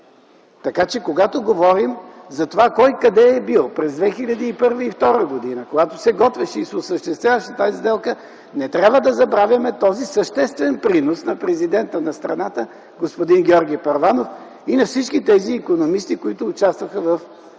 Така че когато говорим за това кой къде е бил през 2001 г.-2002 г., когато се готвеше и се осъществяваше тази сделка, не трябва да забравяме този съществен принос на Президента на страната, господин Георги Първанов и на всички тези икономисти, които участваха в